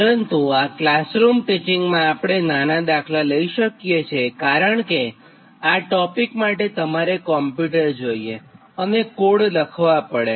પરંતુ આ ક્લાસરૂમ ટીચીંગમાં આપણે નાના દાખલા લઇ શકીએ છીએકારણ કે આ ટોપિક માટે તમારે કોમ્પ્યુટર જોઇએ અને કોડ લખવા પડે